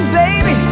baby